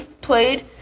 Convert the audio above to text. played